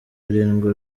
birindwi